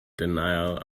denial